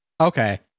Okay